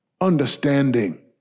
understanding